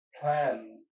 plan